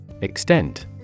Extent